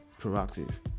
proactive